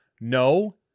No